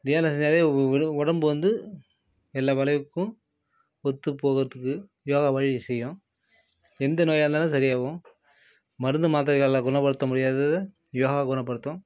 தியானம் செஞ்சாலே உடம்பு வந்து எல்லா வளைவுக்கும் ஒத்து போகிறதுக்கு யோகா வழி செய்யும் எந்த நோயாக இருந்தாலும் சரியாகும் மருந்து மாத்திரைகளால் குணப்படுத்த முடியாததை யோகா குணப்படுத்தும்